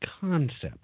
concept